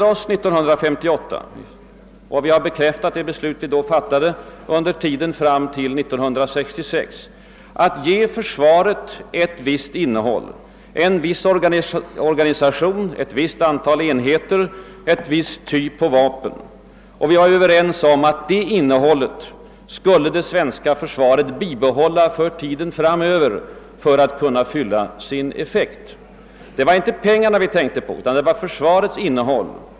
År 1958 bestämde vi oss för — och vi har sedan varje år fram till 1966 bekräftat det beslutet — att ge försvaret ett visst innehåll, en viss organisation, ett visst antal enheter och vissa slags vapen. Vi var överens om att det svenska försvaret skulle bibehålla det innehållet för tiden framöver för att kunna fylla sin uppgift. Det var inte pengarna vi tänkte på, utan vi tänkte på försvarets innehåll.